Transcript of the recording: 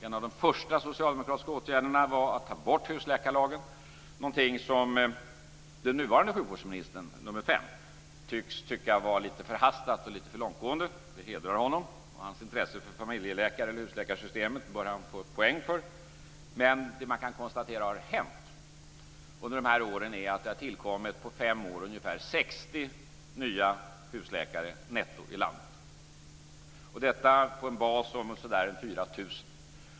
En av de första socialdemokratiska åtgärderna var att ta bort husläkarlagen, någonting som den nuvarande sjukvårdsministern, nr 5, verkar tycka var lite förhastat och lite för långtgående - det hedrar honom. Sitt intresse för familjeläkare eller husläkarsystemet bör han få poäng för. Men det som man kan konstatera har hänt är att det har tillkommit ungefär 60 nya husläkare netto i landet på fem år - detta på en bas om så där 4 000.